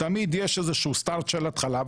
תמיד יש איזשהו start של התחלה,